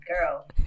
girl